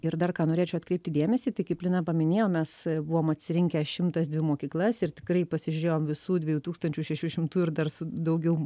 ir dar ką norėčiau atkreipti dėmesį tai kaip lina paminėjo mes buvom atsirinkę šimtas dvi mokyklas ir tikrai pasižiūrėjom visų dviejų tūkstančių šešių šimtų ir dar su daugiau